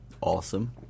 Awesome